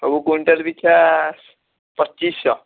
ସବୁ କୁଇଣ୍ଟାଲ୍ ପିଛା ପଚିଶଶହ